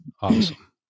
Awesome